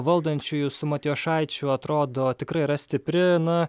valdančiųjų su matjošaičiu atrodo tikrai yra stipri na